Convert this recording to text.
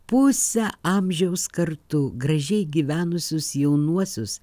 pusę amžiaus kartu gražiai gyvenusius jaunuosius